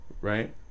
right